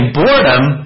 boredom